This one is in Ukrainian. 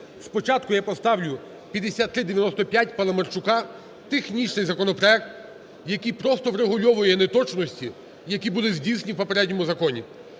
Спочатку я поставлю 5395 Паламарчука – технічний законопроект, який просто врегульовує неточності, які були здійснені в попередньому законі.